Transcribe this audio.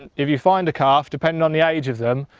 and if you find a calf, depending on the age of them,